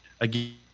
Again